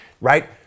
right